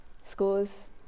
Schools